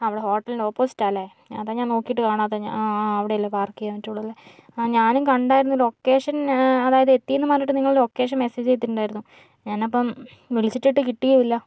ആ ഇവിടെ ഹോട്ടലിൻ്റെ ഒപ്പോസിറ്റാല്ലേ അതാ ഞാൻ നോക്കീട്ട് കാണാത്തത് ഞാൻ അവിടെയല്ലേ പാർക്ക് ചെയ്യാൻ പറ്റുകയുള്ളൂവല്ലേ ആ ഞാനും കണ്ടായിരുന്നു ലൊക്കേഷൻ അതായത് എത്തിയെന്നും പറഞ്ഞിട്ട് നിങ്ങൾ ലൊക്കേഷൻ മെസേജ് ചെയ്തിട്ടുണ്ടായിരുന്നു ഞാനപ്പോൾ വിളിച്ചിട്ടൊട്ടു കിട്ടിയും ഇല്ല